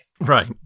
Right